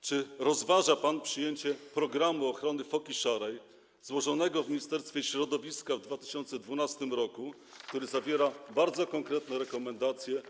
Czy rozważa pan przyjęcie programu ochrony foki szarej złożonego w Ministerstwie Środowiska w 2012 r., który zawiera bardzo konkretne rekomendacje?